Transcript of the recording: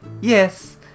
Yes